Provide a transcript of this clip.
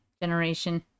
generation